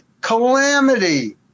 calamity